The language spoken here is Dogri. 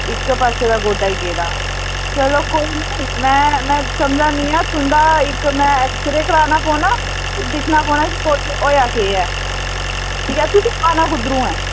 इक पास्से दा गोड्डा गेदा चलो कोई नि मैं समझै नी आं तुं'दा इक मैं एक्स रे कराना पौना ते दिक्खना पौना कि गोड्डे गी होया केह् ऐ इयां तुस आना कुत्थुआं ऐ